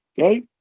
okay